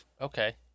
Okay